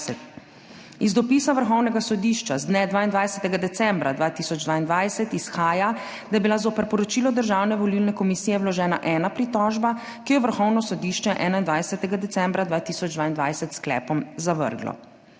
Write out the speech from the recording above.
Iz dopisa Vrhovnega sodišča z dne 22. decembra 2022 izhaja, da je bila zoper poročilo Državne volilne komisije vložena ena pritožba, ki jo je Vrhovno sodišče 21. decembra 2022 s sklepom zavrglo.